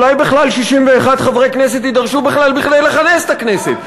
אולי בכלל 61 חברי כנסת יידרשו בכלל כדי לכנס את הכנסת.